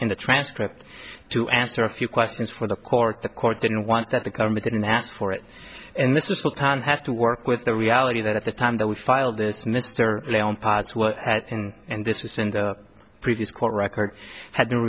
in the transcript to answer a few questions for the court the court didn't want that the government didn't ask for it and this is full time had to work with the reality that at the time that we filed this mister and this was in the previous court record had been